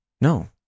no